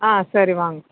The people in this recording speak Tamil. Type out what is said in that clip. ஆ சரி வாங்க